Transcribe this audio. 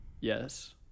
Yes